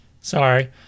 Sorry